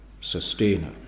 sustainer